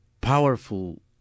powerful